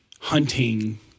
hunting